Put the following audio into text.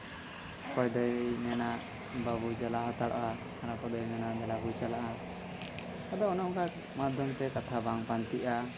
ᱚᱠᱚᱭ ᱫᱚᱭ ᱢᱮᱱᱟ ᱵᱟᱵᱚ ᱪᱟᱞᱟᱣ ᱦᱟᱛᱟᱲᱚᱜᱼᱟ ᱟᱨ ᱚᱠᱚᱭ ᱫᱚᱭ ᱢᱮᱱᱟ ᱫᱮᱞᱟ ᱵᱚᱱ ᱪᱟᱞᱟᱜᱼᱟ ᱟᱫᱚ ᱚᱱᱮ ᱚᱱᱠᱟ ᱢᱟᱫᱽᱫᱷᱚᱢ ᱛᱮ ᱠᱟᱛᱷᱟ ᱵᱟᱝ ᱯᱟᱱᱛᱮᱜᱼᱟ